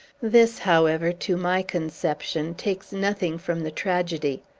this, however, to my conception, takes nothing from the tragedy.